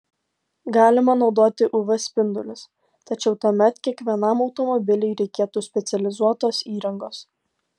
galima naudoti uv spindulius tačiau tuomet kiekvienam automobiliui reikėtų specializuotos įrangos